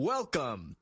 Welcome